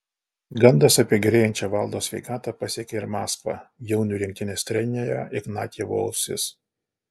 gandas apie gerėjančią valdo sveikatą pasiekė ir maskvą jaunių rinktinės trenerio ignatjevo ausis